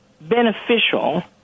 beneficial